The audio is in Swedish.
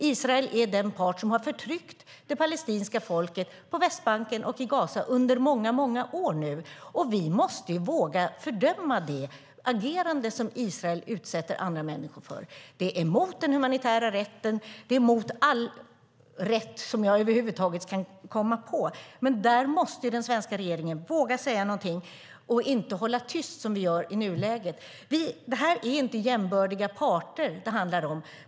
Israel är den part som har förtryckt det palestinska folket på Västbanken och i Gaza under många år. Vi måste våga fördöma det agerande som Israel utsätter andra människor för. Det är emot den humanitära rätten. Det är emot all rätt som jag över huvud taget kan komma på. Men där måste den svenska regeringen våga säga någonting och inte hålla tyst, som vi gör i nuläget. Det är inte jämbördiga parter det handlar om.